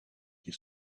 they